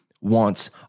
wants